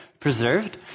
preserved